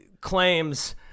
claims